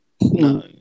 No